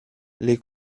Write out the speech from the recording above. les